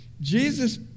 Jesus